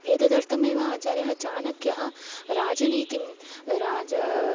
एतदर्थमेव आचार्यः चाणक्यः राजनीतिं राजा